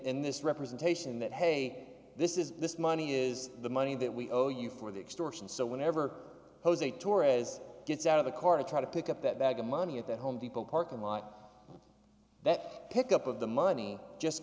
this representation that hey this is this money is the money that we owe you for the extortion so whenever jose torres gets out of the car to try to pick up that bag of money at that home depot parking lot that pick up of the money just